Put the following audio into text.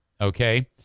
Okay